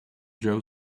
joe